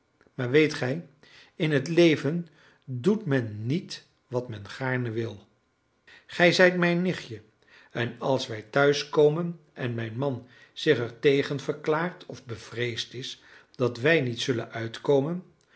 maar weet gij in het leven doet men niet wat men gaarne wil gij zijt mijn nichtje en als wij thuis komen en mijn man zich er tegen verklaart of bevreesd is dat wij niet zullen uitkomen